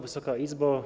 Wysoka Izbo!